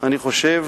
אני חושב